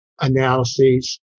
analyses